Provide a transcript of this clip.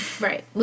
Right